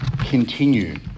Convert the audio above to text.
continue